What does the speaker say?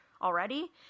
already